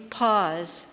pause